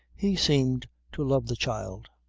he seemed to love the child.